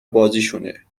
بازیشونه